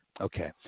Okay